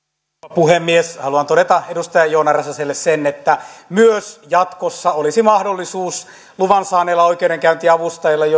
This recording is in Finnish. puhemies haluan todeta edustaja joona räsäselle sen että myös jatkossa olisi luvan saaneilla oikeudenkäyntiavustajilla